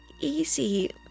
easy